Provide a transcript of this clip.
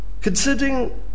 Considering